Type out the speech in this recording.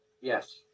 Yes